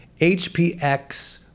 HPX